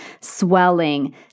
swelling